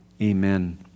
Amen